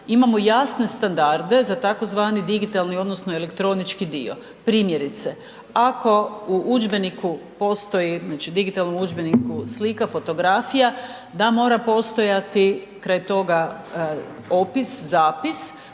imamo jasne standarde za tzv. digitalni odnosno elektronički dio. Primjerice, ako u udžbeniku postoji, znači digitalnom udžbenikom slika, fotografija da mora postojati kraj toga opis, zapis